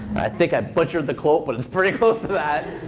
i think i butchered the quote, but it's pretty close to that.